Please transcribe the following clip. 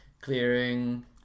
clearing